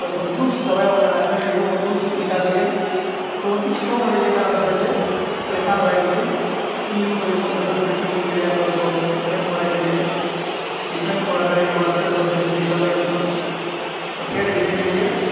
तऽ अपन टूल्स दबाइबला राखने रहियै ओ टूल्स निकललियै तऽ ओहिमे किछु कम रहय जाहि कारणसँ जे छै परेशान भए गेलियै क्लिनिक खोजइमे तखन क्लिनिक पर जाइके ओ ट्रीटमेंट पूरा केलियै ट्रीटमेंट पूरा करयके बाद फेर ओतयसँ जे छै निकललियै हमसभ तऽ फेर जे छै गेलियै